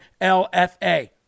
LFA